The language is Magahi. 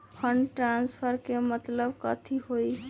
फंड ट्रांसफर के मतलब कथी होई?